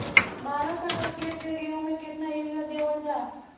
बारह कट्ठा खेत के गेहूं में केतना यूरिया देवल जा?